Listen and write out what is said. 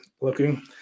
looking